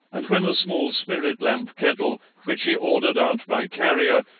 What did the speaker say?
and when a small spirit-lamp kettle, which he ordered out by carrier,